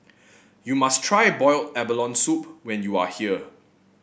you must try Boiled Abalone Soup when you are here